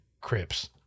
crips